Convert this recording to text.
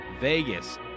Vegas